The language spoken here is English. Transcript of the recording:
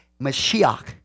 Mashiach